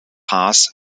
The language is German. haas